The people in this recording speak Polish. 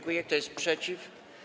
Kto jest przeciw?